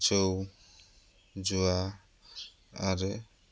जौ जुवा आरो